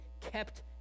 kept